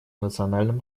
национальном